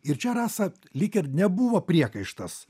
ir čia rasa lyg ir nebuvo priekaištas